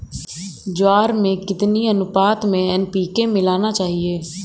ज्वार में कितनी अनुपात में एन.पी.के मिलाना चाहिए?